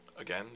again